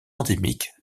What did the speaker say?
endémique